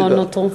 לא נותרו.